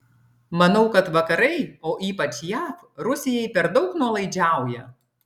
manau kad vakarai o ypač jav rusijai per daug nuolaidžiauja